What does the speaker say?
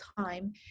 time